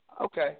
Okay